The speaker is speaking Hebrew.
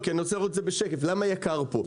אני רוצה להראות את זה בשקף, למה יקר פה.